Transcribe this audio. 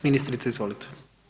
Ministrice izvolite.